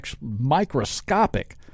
microscopic